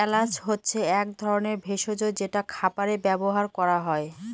এলাচ হচ্ছে এক ধরনের ভেষজ যেটা খাবারে ব্যবহার করা হয়